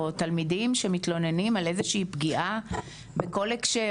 או תלמידים שמתלוננים על איזושהי פגיעה בכל הקשר,